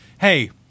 hey